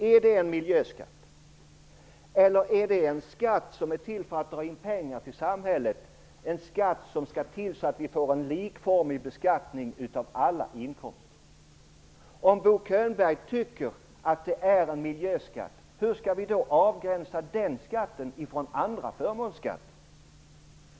Är det en miljöskatt eller är det en skatt som är till för att dra in pengar till samhället, en skatt som skall bidra till en likformig beskattning av alla inkomster? Om Bo Könberg anser att det är en miljöskatt, hur skall vi då avgränsa den skatten i förhållande till andra förmånsskatter?